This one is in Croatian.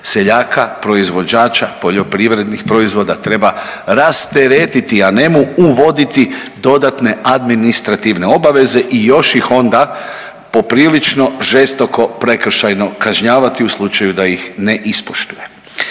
Seljaka, proizvođača poljoprivrednih proizvoda, treba rasteretiti, a ne mu uvoditi dodatne administrativne obaveze i još ih onda poprilično žestoko prekršajno kažnjavati u slučaju da ih ne ispoštuje.